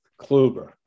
Kluber